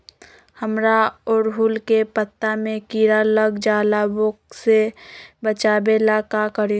हमरा ओरहुल के पत्ता में किरा लग जाला वो से बचाबे ला का करी?